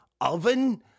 oven